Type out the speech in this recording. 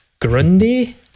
Grundy